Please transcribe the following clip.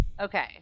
Okay